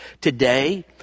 today